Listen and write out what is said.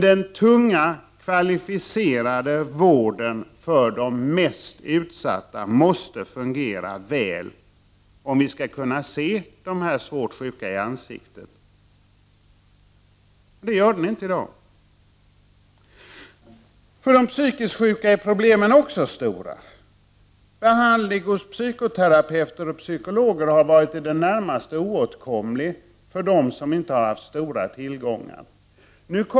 Den tunga kvalificerade vården för de mest utsatta måste fungera väl om vi skall kunna se de svårt sjuka i ansiktet. Men det gör inte den vården i dag. Även för de psykiskt sjuka är problemen stora. Behandling hos psykoterapeuter och psykologer har i det närmaste varit oåtkomlig för dem som inte haft stora tillgångar.